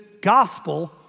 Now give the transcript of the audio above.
gospel